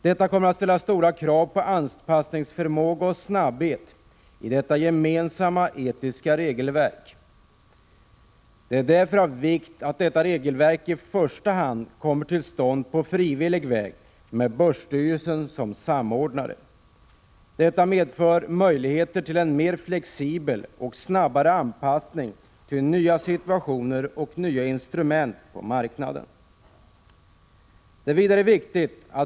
Detta kommer att ställa stora krav på anpassningsförmåga och snabbhet i det gemensamma etiska regelverket. Det är därför av vikt att detta i första hand kommer till stånd på frivillig väg, med börsstyrelsen som samordnare. Detta medför möjligheter till en mer flexibel och snabbare anpassning till nya situationer och nya instrument på marknaden.